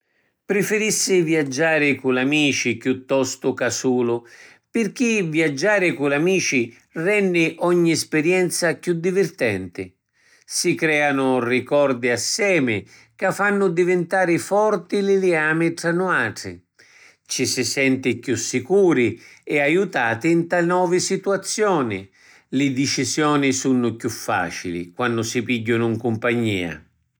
Prifirissi viaggiari cu l’amici chiuttostu ca sulu pirchì viaggiari cu l’amici renni ogni spirienza chiù divirtenti. Si creanu ricordi assemi ca fannu divintari forti li lijami tra nuatri. Ci si senti chiù sicuri e aiutati nta novi situazioni. Li dicisioni sunnu chiù facili quannu si pigghianu in cumpagnia.